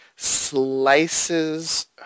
slices